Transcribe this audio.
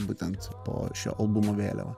būtent po šio albumo vėliava